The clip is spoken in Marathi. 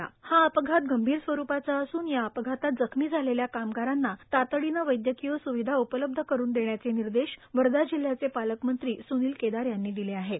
सदर अपघात गंभीर स्वरुपाचा असून या अपघातात जखमी झालेल्या कामगारांना तातडीने वैदयकीय सुविधा उपलब्ध करुन देण्याचे निर्देश वर्धा जिल्ह्याचे पालकमंत्री सुनील यांनी दिलेत